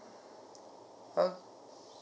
!huh!